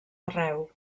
arreu